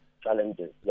challenges